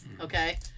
Okay